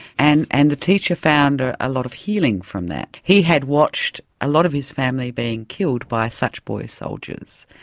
and and the teacher found a lot of healing from that. he had watched a lot of his family being killed by such boy soldiers,